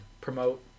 promote